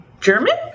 German